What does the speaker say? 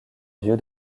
lieu